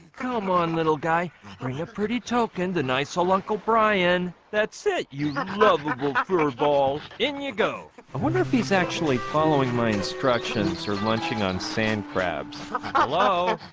come on little guy bring a pretty token the nice hole uncle brian that's it you lovable furball in you go i wonder if he's actually following my instructions our lunching on sand crabs ah